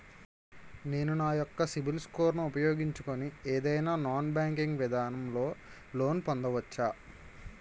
నేను నా యెక్క సిబిల్ స్కోర్ ను ఉపయోగించుకుని ఏదైనా నాన్ బ్యాంకింగ్ విధానం లొ లోన్ పొందవచ్చా?